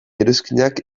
iruzkinak